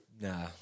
Nah